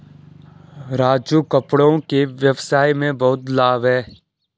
राजू कपड़ों के व्यवसाय में बहुत लाभ है